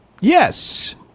Yes